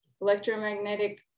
electromagnetic